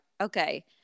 okay